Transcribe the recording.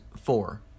four